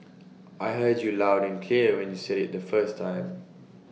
I heard you loud and clear when you said IT the first time